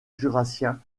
jurassien